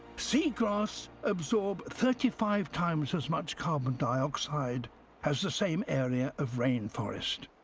seagrass absorb thirty five times as much carbon dioxide as the same area of rainforest,